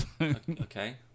Okay